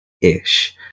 Ish